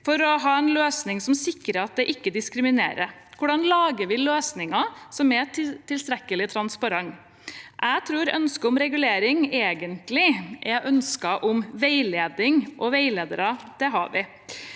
for å få en løsning som sikrer at det ikke diskrimineres? Hvordan lager vi løsninger som er tilstrekkelig transparente? Jeg tror ønsker om regulering egentlig er ønsker om veiledning – og veiledere har vi.